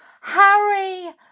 Harry